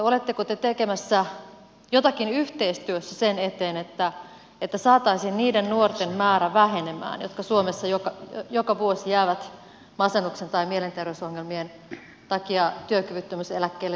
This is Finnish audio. oletteko te tekemässä jotakin yhteistyössä sen eteen että saataisiin niiden nuorten määrä vähenemään jotka suomessa joka vuosi jäävät masennuksen tai mielenterveysongelmien takia työkyvyttömyyseläkkeelle